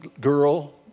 girl